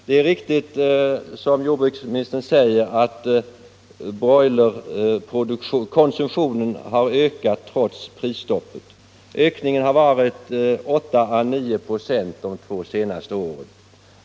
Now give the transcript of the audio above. Det är riktigt, som jordbruksministern säger, att broilerkonsumtionen har ökat trots prisstoppet. Ökningen har varit 8 å 9 96 under de två senaste åren.